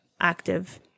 active